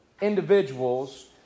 individuals